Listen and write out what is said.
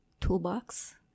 toolbox